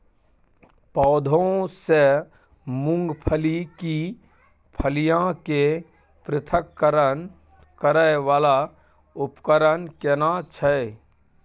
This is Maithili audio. पौधों से मूंगफली की फलियां के पृथक्करण करय वाला उपकरण केना छै?